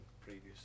previous